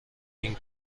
این